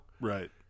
Right